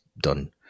done